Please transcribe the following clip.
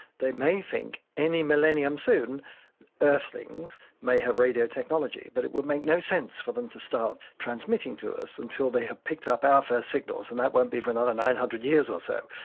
they may think any millennium soon earthlings may have radio technology, but it would make no sense for them to start transmitting to us until they had picked up our first signals, and that won't be for another nine hundred years or so.